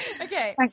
Okay